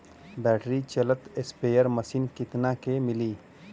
Battery चलत sprayer machine कितना क मिली?